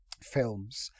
films